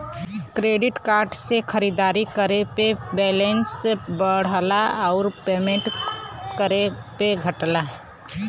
credit card से खरीदारी करे पे बैलेंस बढ़ला आउर पेमेंट करे पे घटला